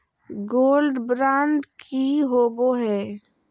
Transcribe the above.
Gold bond की होबो है?